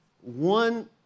one